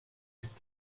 bis